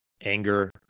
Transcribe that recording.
anger